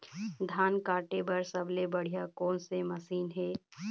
धान काटे बर सबले बढ़िया कोन से मशीन हे?